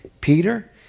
Peter